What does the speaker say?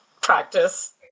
practice